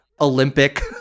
Olympic